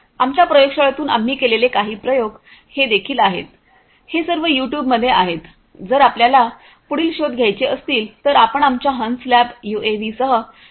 आमच्या प्रयोगशाळेतून आम्ही केलेले काही प्रयोग हे देखील आहेत हे सर्व यूट्यूबमध्ये आहेत जर आपल्याला पुढील शोध घ्यायचे असतील तर आपण आमच्या हंस लॅब यूएव्हीसह शोधू शकता